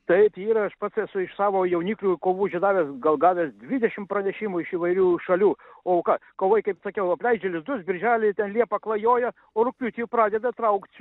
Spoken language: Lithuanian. taip yra aš pats esu iš savo jauniklių kovų žiedavęs gal gavęs dvidešimt pranešimų iš įvairių šalių o ką kovai kaip sakiau apleidžia lizdus birželį liepą klajoja rugpjūtį pradeda traukt